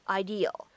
ideal